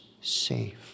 safe